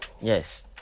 Yes